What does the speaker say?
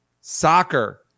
soccer